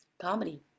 comedy